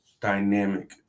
dynamic